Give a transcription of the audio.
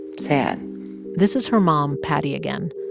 sad this is her mom, patty, again.